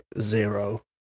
zero